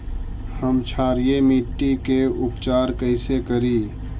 हम क्षारीय मिट्टी के उपचार कैसे करी?